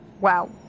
wow